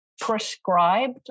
prescribed